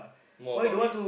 more about me